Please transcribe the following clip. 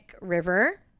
River